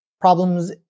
problems